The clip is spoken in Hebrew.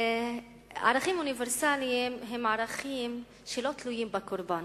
ערכים אוניברסליים הם ערכים שלא תלויים בקורבן.